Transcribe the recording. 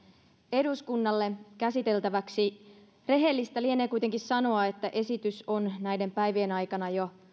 eduskunnalle käsiteltäväksi rehellistä lienee kuitenkin sanoa että esitys on näiden päivien aikana jo